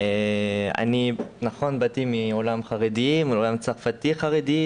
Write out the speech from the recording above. באתי מעולם צרפתי חרדי,